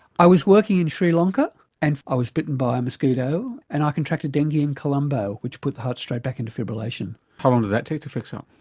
i was working in sri lanka and i was bitten by a mosquito and i contracted dengue in colombo, which put the heart straight back into fibrillation. how long did that take to fix um